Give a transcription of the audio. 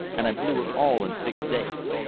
and i blew her all in six days.